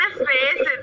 space